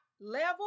level